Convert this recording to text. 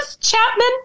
Chapman